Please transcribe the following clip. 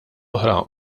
oħra